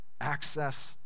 Access